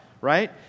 right